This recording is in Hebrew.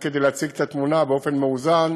רק כדי להציג את התמונה באופן מאוזן,